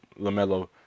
LaMelo